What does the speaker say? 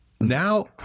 now